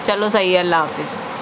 چلو صحیح ہے اللہ حافظ